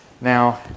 Now